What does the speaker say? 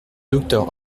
docteur